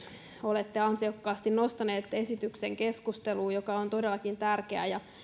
olette ansiokkaasti nostaneet esityksen keskusteluun joka on todellakin tärkeä